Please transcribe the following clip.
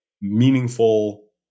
meaningful